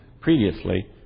previously